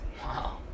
Wow